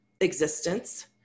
existence